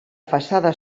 façana